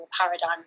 paradigm